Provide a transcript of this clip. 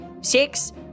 Six